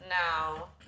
Now